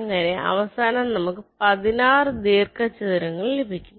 അങ്ങനെ അവസാനം നമുക്ക് 16 ദീർഘ ചതുരങ്ങൾ ലഭിക്കും